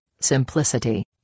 simplicity